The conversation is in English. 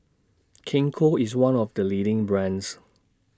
Gingko IS one of The leading brands